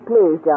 Please